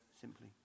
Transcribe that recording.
simply